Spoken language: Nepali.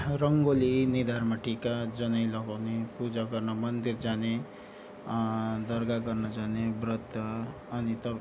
रङ्गोली निधारमा टिका जनै लगाउने पूजा गर्न मन्दिर जाने दरगाह गर्न जाने व्रत अनि त